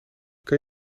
kan